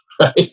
right